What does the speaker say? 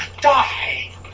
die